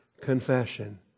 confession